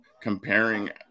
comparing